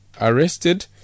arrested